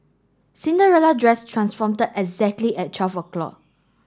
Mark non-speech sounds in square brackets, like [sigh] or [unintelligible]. Cinderella dress transform [unintelligible] exactly at twelve o'clock